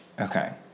Okay